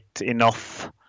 enough